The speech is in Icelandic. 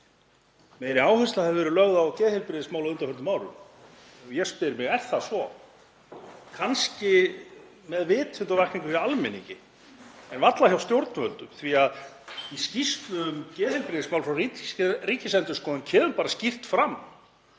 meiri áhersla hefði verið lögð á geðheilbrigðismál á undanförnum árum. Ég spyr mig: Er það svo? Kannski með vitundarvakningu hjá almenningi en varla hjá stjórnvöldum því að í skýrslu um geðheilbrigðismál frá Ríkisendurskoðun kemur bara skýrt fram